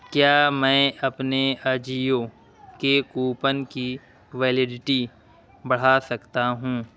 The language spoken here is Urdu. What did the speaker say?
کیا میں اپنے اجیو کے کوپن کی ویلڈٹی برھا سکتا ہوں